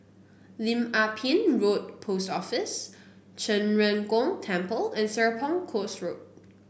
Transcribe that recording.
Lim Ah Pin Road Post Office Zhen Ren Gong Temple and Serapong Course Road